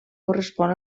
correspon